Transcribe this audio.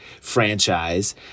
franchise